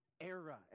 era